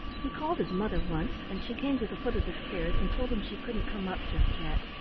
he called his mother once, and she came to the foot of the stairs and told him she couldn't come up just yet.